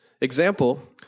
example